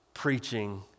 preaching